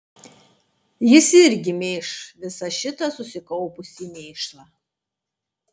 jis irgi mėš visą šitą susikaupusį mėšlą